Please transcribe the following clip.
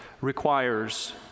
requires